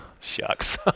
shucks